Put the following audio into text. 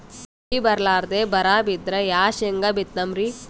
ಮಳಿ ಬರ್ಲಾದೆ ಬರಾ ಬಿದ್ರ ಯಾ ಶೇಂಗಾ ಬಿತ್ತಮ್ರೀ?